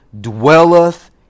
dwelleth